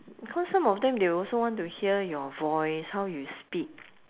because some of them they also want to hear your voice how you speak